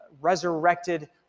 resurrected